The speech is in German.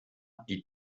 die